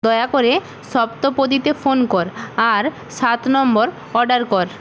দয়া করে সপ্তপদীতে ফোন কর আর সাত নম্বর অর্ডার কর